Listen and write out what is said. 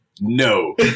No